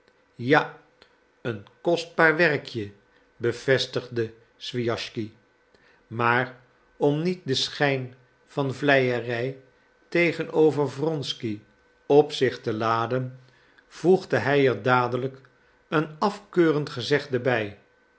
ja een kostbaar werkje bevestigde swijaschsky maar om niet den schijn van vleierij tegenover wronsky op zich te laden voegde hij er dadelijk een afkeurend gezegde bij